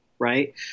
right